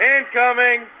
Incoming